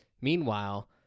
Meanwhile